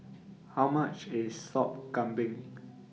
How much IS Sop Kambing